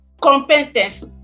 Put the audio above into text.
competence